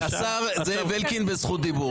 זאב אלקין בזכות דיבור.